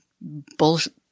bullshit